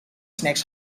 snacks